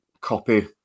copy